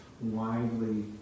widely